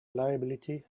liability